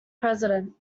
president